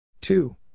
two